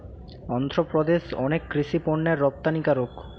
অন্ধ্রপ্রদেশ অনেক কৃষি পণ্যের রপ্তানিকারক